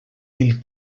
mil